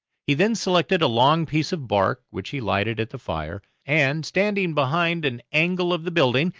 he then selected a long piece of bark, which he lighted at the fire, and, standing behind an angle of the building,